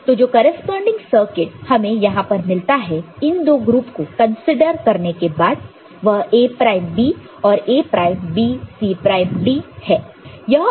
तो जो corresponding circuit हमें यहां पर मिलता है इन दो ग्रुप को कंसीडर करने के बाद वह A प्राइम B और A prime B C prime D है